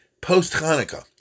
post-Hanukkah